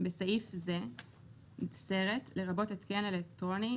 "(ד) בסעיף זה "סרט" לרבות התקן אלקטרוני,